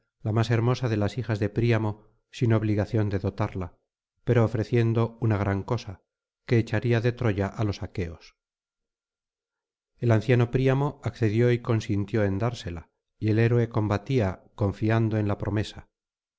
la más hermosa de las hijas de príamo sin obligación de dotarla pero ofreciendo una gran cosa que echaría de troya á los aqueos el anciano príamo accedió y consintió en dársela y el héroe combatía confiando en la promesa